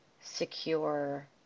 secure